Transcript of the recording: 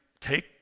take